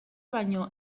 baino